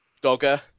Dogger